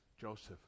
Joseph